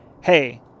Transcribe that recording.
hey